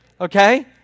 okay